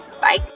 Bye